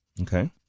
Okay